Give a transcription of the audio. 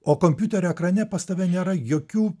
o kompiuterio ekrane pas tave nėra jokių